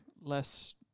Less